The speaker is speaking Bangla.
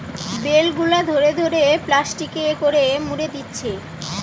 বেল গুলা ধরে ধরে প্লাস্টিকে করে মুড়ে দিচ্ছে